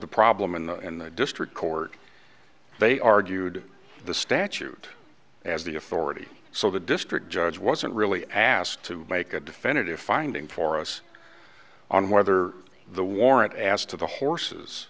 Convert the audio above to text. the problem in the in the district court they argued the statute has the authority so the district judge wasn't really asked to make a definitive finding for us on whether the warrant as to the horses